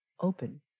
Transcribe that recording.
open